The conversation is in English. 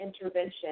intervention